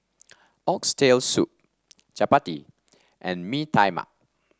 Oxtail Soup Chappati and Mee Tai Mak